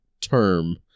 term